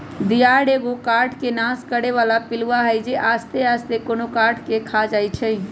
दियार एगो काठ के नाश करे बला पिलुआ हई जे आस्ते आस्ते कोनो काठ के ख़ा जाइ छइ